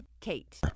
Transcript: Kate